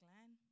land